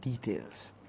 details